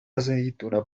aceituna